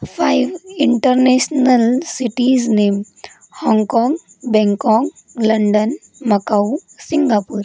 five international cities name Hong Kong Bangkok London Macau Singapore